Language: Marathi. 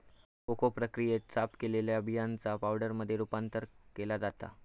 कोको प्रक्रियेत, साफ केलेल्या बियांचा पावडरमध्ये रूपांतर केला जाता